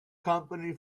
company